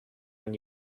when